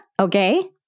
okay